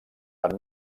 per